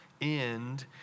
end